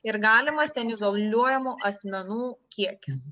ir galimas ten izoliuojamų asmenų kiekis